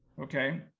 okay